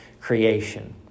creation